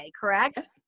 correct